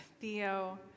Theo